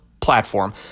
platform